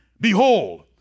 Behold